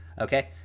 Okay